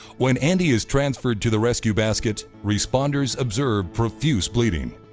when andy is transferred to the rescue basket, responders observed profuse bleeding.